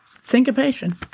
Syncopation